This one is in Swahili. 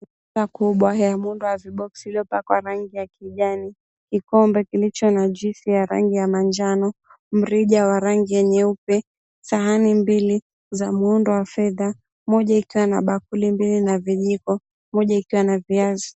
Meza kubwa yenye muundo wa viboksi iliyopakwa rangi ya kijani, kikombe kilicho na juisi ya rangi ya manjano, mrija ya rangi nyeupe, sahani mbili za muundo wa fedha. Moja ikiwa na bakuli mbili na vijiko moja ikiwa na viazi.